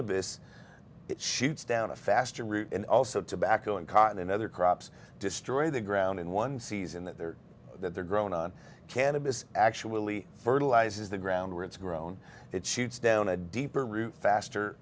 cannabis it shoots down a faster route and also tobacco and cotton and other crops destroy the ground in one season that they're that they're grown on cannabis actually fertilize is the ground where it's grown it shoots down a deeper root faster